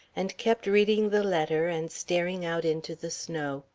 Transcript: and kept reading the letter and staring out into the snow.